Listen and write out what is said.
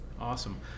Awesome